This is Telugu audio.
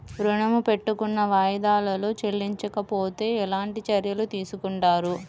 ఋణము పెట్టుకున్న వాయిదాలలో చెల్లించకపోతే ఎలాంటి చర్యలు తీసుకుంటారు?